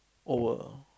over